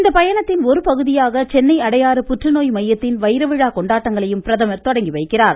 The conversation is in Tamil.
இந்த பயணத்தின் ஒரு பகுதியாக சென்னை அடையாறு புற்றுநோய் மையத்தின் வைரவிழா கொண்டாட்டங்களையும் பிரதமர் தொடங்கி வைக்கிறார்